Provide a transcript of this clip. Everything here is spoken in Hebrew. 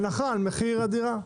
הנחה על מחיר הדירה.